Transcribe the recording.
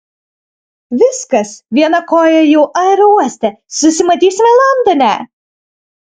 viskas viena koja jau aerouoste susimatysime londone